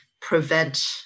prevent